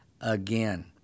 again